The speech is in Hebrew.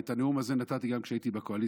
את הנאום הזה נתתי גם כשהייתי בקואליציה,